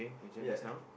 ya